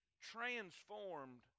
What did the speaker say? transformed